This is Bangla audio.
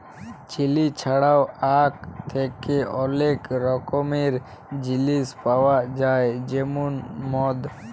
চিলি ছাড়াও আখ থ্যাকে অলেক রকমের জিলিস পাউয়া যায় যেমল মদ